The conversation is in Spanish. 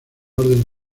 orden